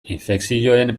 infekzioen